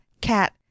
Cat